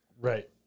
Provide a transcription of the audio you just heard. right